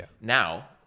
Now